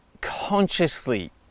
consciously